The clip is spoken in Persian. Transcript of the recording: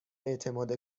اعتماد